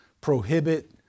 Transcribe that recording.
prohibit